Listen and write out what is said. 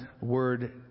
Word